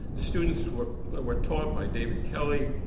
the students were were taught by david kelly,